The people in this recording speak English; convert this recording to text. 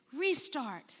Restart